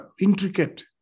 intricate